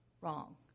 wrong